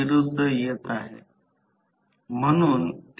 तर हा आहे त्या उर्जा तोटा म्हणतात